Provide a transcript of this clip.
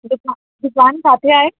विझान किते आहे